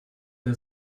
der